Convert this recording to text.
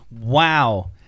Wow